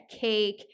cake